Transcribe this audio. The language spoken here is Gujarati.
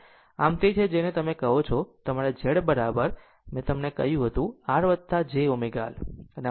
આમ આ તે છે જેને તમે કહો છો તમારા Z મેં તમને કહ્યું હતું કે R j ω L